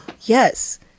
yes